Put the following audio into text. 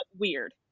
weird